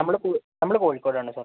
നമ്മൾ കോ നമ്മൾ കോഴിക്കോടാണ് സാർ